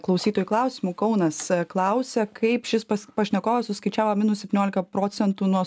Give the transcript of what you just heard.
klausytojų klausimų kaunas klausia kaip šis pas pašnekovas suskaičiavo minus septyniolika procentų nuo